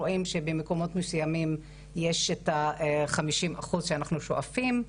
רואים שבמקומות מסויימים יש את ה-50 אחוז שאנחנו שואפים,